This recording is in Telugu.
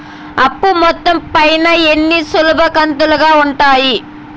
అప్పు మొత్తం పైన ఎన్ని సులభ కంతులుగా ఉంటాయి?